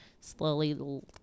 slowly